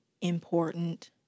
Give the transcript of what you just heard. important